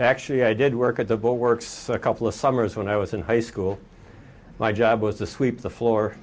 actually i did work at the boat works a couple of summers when i was in high school my job was to sweep the floor